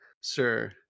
sir